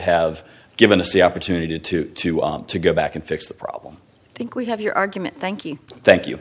have given a c opportunity to to to go back and fix the problem i think we have your argument thank you thank you